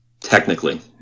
Technically